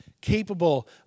capable